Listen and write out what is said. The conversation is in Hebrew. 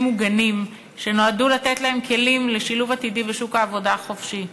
מוגנים שנועדו לתת להם כלים לשילוב עתידי בשוק העבודה החופשי.